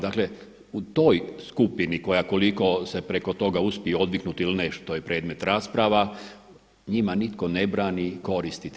Dakle u toj skupini koja koliko se preko toga uspije odviknuti ili ne, što je predmet rasprava, njima nitko ne brani koristiti.